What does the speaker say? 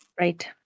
Right